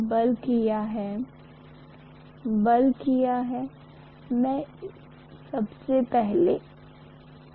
फिर मुझे μ लिखना होगा उपर मुझे इसे A से गुणा करना है और नीचे से मुझे इसे L से गुणा करना है